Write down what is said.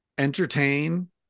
entertain